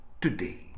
today